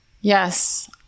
Yes